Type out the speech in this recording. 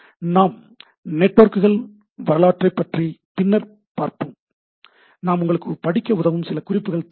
நாம் நெட்வொர்க்குகள் வரலாற்றைப் பற்றி பின்னர் பார்ப்போம் நான் உங்களுக்கு படிக்க உதவும் சில குறிப்புகள் தருகிறேன்